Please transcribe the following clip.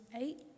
eight